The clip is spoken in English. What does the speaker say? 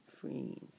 freeze